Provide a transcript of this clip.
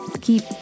keep